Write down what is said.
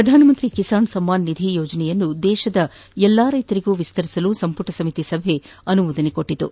ಪ್ರಧಾನಮಂತ್ರಿ ಕಿಸಾನ್ ಸಮ್ನಾನ್ ನಿಧಿ ಯೋಜನೆಯನ್ನು ದೇಶದ ಎಲ್ಲ ರೈತರಿಗೂ ವಿಸ್ತರಿಸಲು ಸಂಪುಟ ಸಮಿತಿ ಸಭೆ ಅನುಮೋದನೆ ನೀಡಿತು